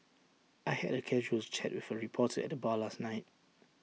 I had A casual with chat for reporter at the bar last night